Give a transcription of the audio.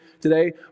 today